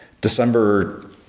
December